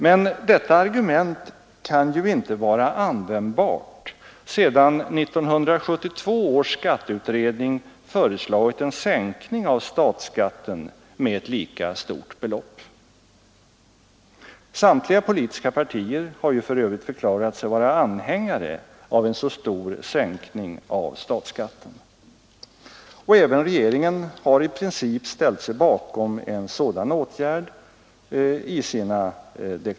Men detta argument kan ju inte vara användbart sedan 1972 års skatteutredning föreslagit en sänkning av statsskatten med ett lika stort belopp. Samtliga politiska partier har ju för övrigt förklarat sig vara anhängare av en så stor sänkning av statsskatten. Även regeringen har i sina deklarationer i princip ställt sig bakom en sådan åtgärd.